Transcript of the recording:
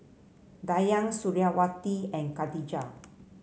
Dayang Suriawati and Khadija